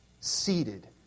seated